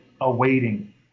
awaiting